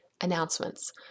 Announcements